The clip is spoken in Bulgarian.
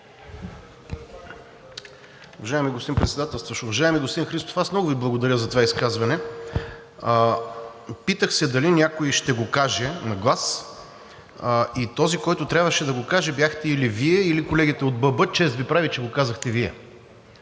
Уважаеми господин Председателстващ! Уважаеми господин Христов, аз много Ви благодаря за това изказване. Питах се: дали някой ще го каже на глас? И този, който трябваше да го каже, бяхте или Вие, или колегите от ДБ. Чест Ви прави, че го казахте Вие,